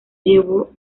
llevó